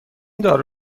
دارو